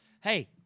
Hey